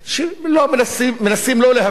שמנסים לא להבליט אותה,